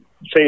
say